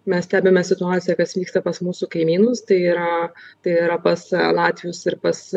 mes stebime situaciją kas vyksta pas mūsų kaimynus tai yra tai yra pas latvius ir pas